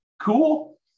Cool